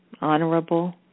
honorable